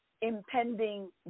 impending